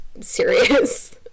serious